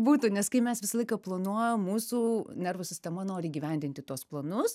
būtent nes kai mes visą laiką planuojam mūsų nervų sistema nori įgyvendinti tuos planus